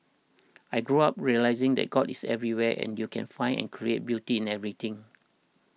I grew up realising that God is everywhere and you can find and create beauty in everything